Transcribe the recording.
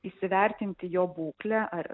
įsivertinti jo būklę ar